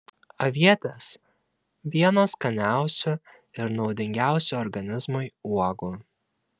avietės vienos skaniausių ir naudingiausių organizmui uogų